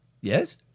Yes